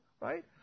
right